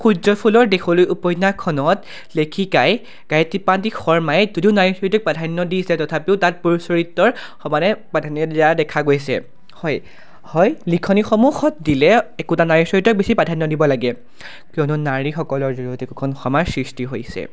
সূৰ্যফুলৰ দেশলৈ উপন্যাসখনত লেখিকাই গায়ত্ৰী প্ৰান্তিক শৰ্মাই যদিও নাৰী চৰিত্ৰক প্ৰাধান্য দিছে তথাপিও তাত পুৰুষ চৰিত্ৰৰ সমানে প্ৰাধান্য দিয়া দেখা গৈছে হয় হয় লিখনিসমূহত দিলে একোটা নাৰী চৰিত্ৰ বেছি প্ৰাধান্য দিব লাগে কিয়নো নাৰীসকলৰ জৰিয়তে একোখন সমাজ সৃষ্টি হৈছে